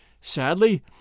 Sadly